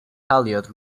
elliott